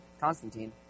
Constantine